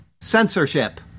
censorship